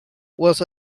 was